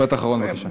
משפט אחרון, בבקשה.